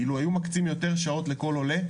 אילו היו מקצים יותר שעות לכל עולה,